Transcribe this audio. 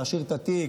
להשאיר את התיק,